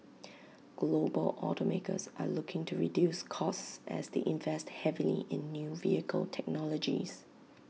global automakers are looking to reduce costs as they invest heavily in new vehicle technologies